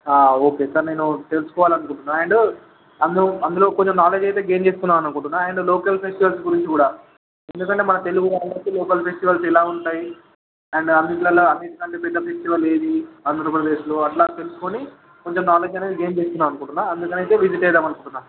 ఆ okay sir నేను తెలుసుకోవాలని అనుకుంటున్నాను అండ్ అందు అందులో కొంచెం నాలెడ్జ్ అయితే గైన్ చేసుకుందాం అనుకుంటున్నాను అండ్ లోకల్ ఫెస్టివల్స్ గురించి కూడా ఎందుకంటే మన తెలుగు వాళ్ళకి లోకల్ ఫెస్టివల్స్ ఎలా ఉంటాయి అండ్ అన్నింటిలో అనింటికంటే పెద్ద ఫెస్టివల్ ఏది ఆంధ్రప్రదేశ్లో అలా తెలుసుకుని కొంచెం నాలెడ్జ్ అనేది గైన్ చేసుకుందాం అనుకుంటున్నాను అందుకనే విజిట్ అవుదాము అనుకుంటున్నాను సార్